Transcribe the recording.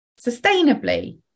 sustainably